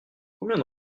combien